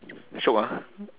shiok ah